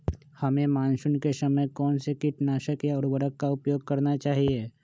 हमें मानसून के समय कौन से किटनाशक या उर्वरक का उपयोग करना चाहिए?